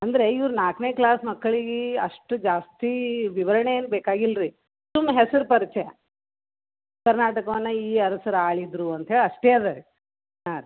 ಅಂದರೆ ಇವ್ರು ನಾಲ್ಕನೇ ಕ್ಲಾಸ್ ಮಕ್ಳಿಗೆ ಅಷ್ಟು ಜಾಸ್ತಿ ವಿವರಣೆ ಏನೂ ಬೇಕಾಗಿಲ್ಲ ರೀ ಸುಮ್ನೆ ಹೆಸ್ರು ಪರಿಚಯ ಕರ್ನಾಟಕವನ್ನು ಈ ಅರಸರು ಆಳಿದ್ದರು ಅಂತ್ಹೇಳಿ ಅಷ್ಟೇ ಅದಾರೀ ಹಾಂ ರೀ